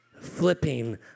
flipping